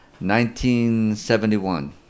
1971